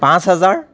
পাঁচ হাজাৰ